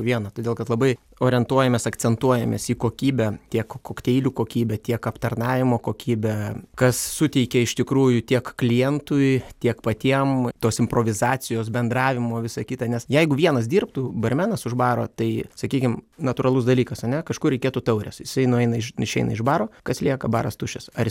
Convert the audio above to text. vieną todėl kad labai orientuojamės akcentuojamės į kokybę tiek kokteilių kokybę tiek aptarnavimo kokybę kas suteikia iš tikrųjų tiek klientui tiek patiem tos improvizacijos bendravimo visa kita nes jeigu vienas dirbtų barmenas už baro tai sakykim natūralus dalykas ane kažkur reikėtų taurės jisai nueina iš išeina iš baro kas lieka baras tuščias ar